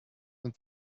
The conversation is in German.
mit